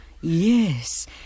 yes